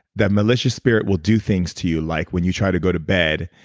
that malicious spirit will do things to you. like when you try to go to bed,